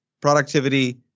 productivity